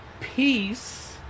peace